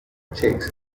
chicks